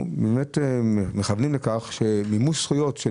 באמת מכוונים לכך שמימוש זכויות של